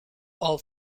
all